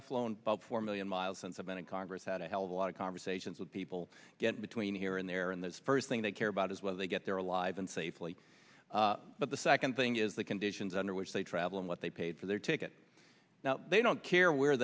have flown about four million miles since i've been in congress had a hell of a lot of conversations with people get between here and there in this first thing they care about is whether they get there alive and safely but the second thing is the conditions under which they travel and what they paid for their ticket now they don't care where